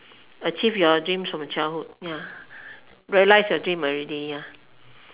achieved your dreams from childhood ya realise your dream already ya